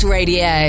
Radio